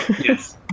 Yes